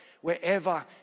Wherever